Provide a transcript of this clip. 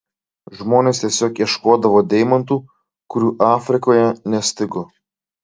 žmonės tiesiog ieškodavo deimantų kurių afrikoje nestigo